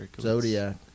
Zodiac